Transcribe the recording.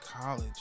college